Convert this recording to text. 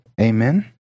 Amen